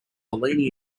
leaning